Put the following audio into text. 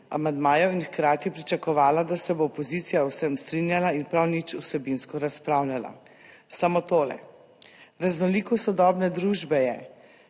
amandmajev in je hkrati pričakovala, da se bo opozicija o vsem strinjala in prav nič vsebinsko razpravljala. Samo tole, raznolikost sodobne družbe je,